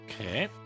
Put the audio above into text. Okay